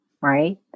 Right